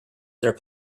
their